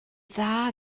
dda